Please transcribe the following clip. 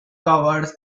covers